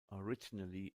originally